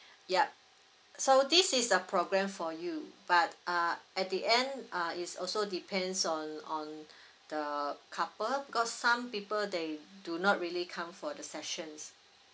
yup so this is the programme for you but uh at the end uh it's also depends on on the couple because some people they do not really come for the sessions